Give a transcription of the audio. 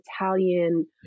Italian